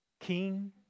king